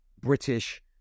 British